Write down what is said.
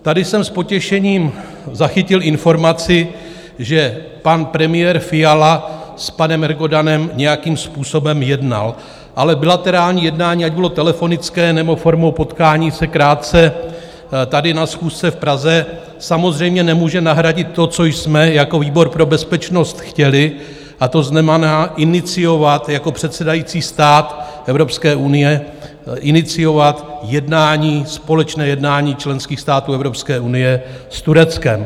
Tady jsem s potěšením zachytil informaci, že pan premiér Fiala s panem Erdoganem nějakým způsobem jednal, ale bilaterální jednání, ať bylo telefonické, nebo formou potkání se krátce tady na schůzce v Praze, samozřejmě nemůže nahradit to, co jsme jako výbor pro bezpečnost chtěli, a to znamená iniciovat jako předsedající stát Evropské unie, iniciovat jednání, společné jednání členských států Evropské unie s Tureckem.